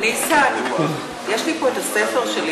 ניסן, יש לי פה את הספר שלי